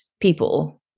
people